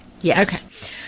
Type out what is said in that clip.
Yes